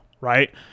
right